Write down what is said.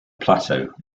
plateau